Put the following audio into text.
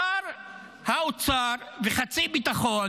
שר האוצר וחצי ביטחון